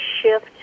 shift